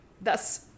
Thus